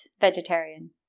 vegetarian